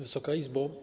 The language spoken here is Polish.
Wysoka Izbo!